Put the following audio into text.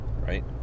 right